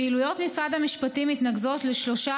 פעילויות משרד המשפטים מתנקזות לשלושה